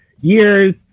years